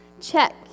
Check